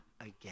again